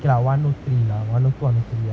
okay lah one oh three lah one oh two one oh three